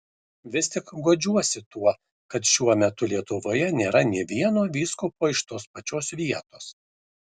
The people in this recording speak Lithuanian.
vis tik guodžiuosi tuo kad šiuo metu lietuvoje nėra nė vieno vyskupo iš tos pačios vietos